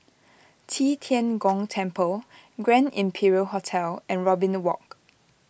Qi Tian Gong Temple Grand Imperial Hotel and Robin Walk